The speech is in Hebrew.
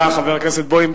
חבר הכנסת בוים,